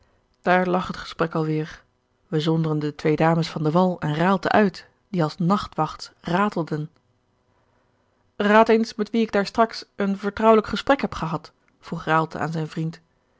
daar lag het gesprek alweêr wij zonderen de twee dames van de wall en raalte uit die als nachtwachts ratelden raad eens met wie ik daar straks een vertrouwelijk gesprek heb gehad vroeg raalte aan zijn vriend